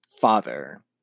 father